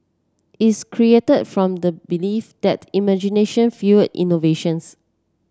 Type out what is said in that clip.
is created from the belief that imagination fuel innovation